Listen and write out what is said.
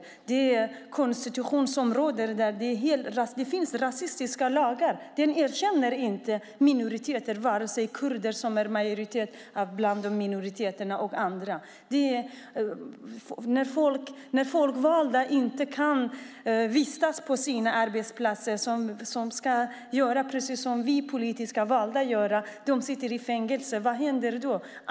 I den konstitution som råder där finns rasistiska lagar. Man erkänner inte minoriteter, vare sig kurder som är i majoritet bland minoriteterna eller andra. De folkvalda kan inte vistas på sina arbetsplatser, och de kan inte göra det som vi politiskt valda gör. De sitter i fängelse. Vad händer då?